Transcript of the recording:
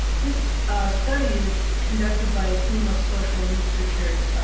this study is conducted by a team of social researchers.